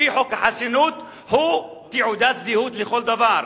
לפי חוק החסינות, הוא תעודת זהות לכל דבר.